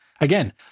again